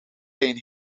zijn